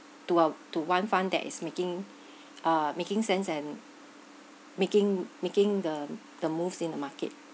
to a to one fund that is making a making sense and making making the the moves in the market